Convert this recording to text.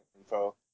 info